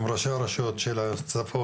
עם ראשי הרשויות של הצפון.